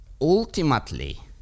ultimately